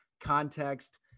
context